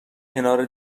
کنار